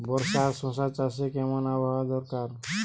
বর্ষার শশা চাষে কেমন আবহাওয়া দরকার?